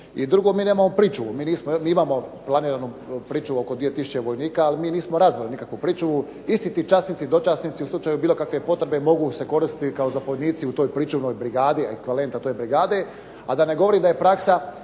I drugo, mi nemamo pričuvu. Mi imamo planiranu pričuvu oko 2000 vojnika, ali mi nismo razvili nikakvu pričuvu. Isti ti časnici, dočasnici u slučaju bilo kakve potrebe mogu se koristiti kao zapovjednici u toj pričuvnoj brigadi, ekvivalent te brigade.